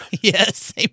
Yes